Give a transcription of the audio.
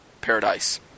paradise